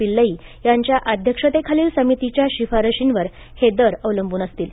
पिल्लई यांच्या अध्यक्षतेखालील समितीच्या शिफारसीवर हे दर अवलंबून असतील